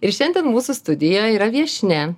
ir šiandien mūsų studijoje yra viešnia